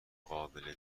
قابل